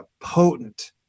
potent